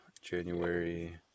January